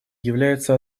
является